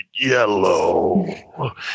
yellow